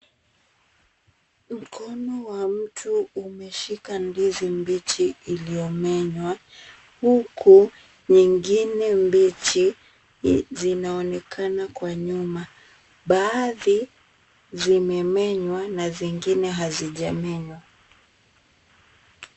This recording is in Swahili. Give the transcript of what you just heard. Mkono wa mtu umeshika ndizi mbichi iliyomenywa huku nyingine mbichi zinaonekana kwa nyuma, baadhi zimemenywa na zingine hazijamenywa.